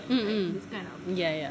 mm mm ya ya